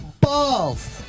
balls